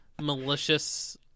malicious